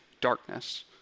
darkness